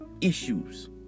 issues